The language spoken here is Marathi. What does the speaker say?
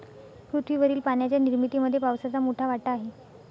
पृथ्वीवरील पाण्याच्या निर्मितीमध्ये पावसाचा मोठा वाटा आहे